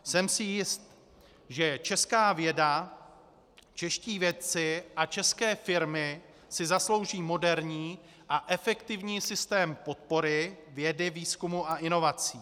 Jsem si jist, že česká věda, čeští vědci a české firmy si zaslouží moderní a efektivní systém podpory vědy, výzkumu a inovací.